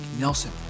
Nelson